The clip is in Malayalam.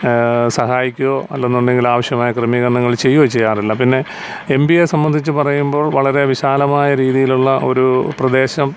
സഹായിക്കുകയോ അല്ലെന്നുണ്ടങ്കിൽ ആവിശ്യമായ ക്രമീകരണങ്ങൾ ചെയ്യുകയോ ചെയ്യാറില്ല പിന്നെ എം പിയെ സംബന്ധിച്ച് പറയുമ്പോൾ വളരെ വിശാലമായ രീതിയിലുള്ള ഒരു പ്രദേശം